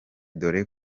dore